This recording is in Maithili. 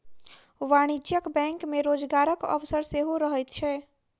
वाणिज्यिक बैंक मे रोजगारक अवसर सेहो रहैत छै